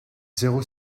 zéro